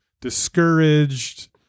discouraged